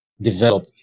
develop